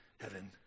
heaven